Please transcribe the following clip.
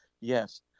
Yes